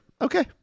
okay